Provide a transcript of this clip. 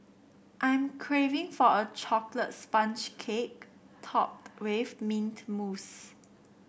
I'm craving for a chocolate sponge cake topped with mint mousse